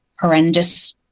horrendous